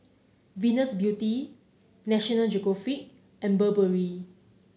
Venus Beauty National Geographic and Burberry